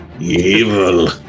Evil